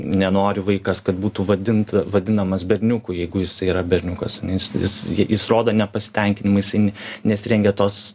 nenori vaikas kad būtų vadint vadinamas berniuku jeigu jisai yra berniukas ane jis jis ji jis rodo nepasitenkinimą jisai nesirengia tos